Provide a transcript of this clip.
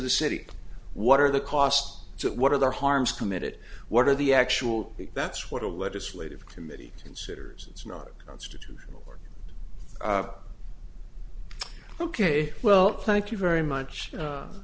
the city what are the costs what are their harms committed what are the actual that's what a legislative committee considers its merit constitutional work ok well thank you very much